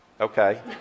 Okay